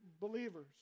believers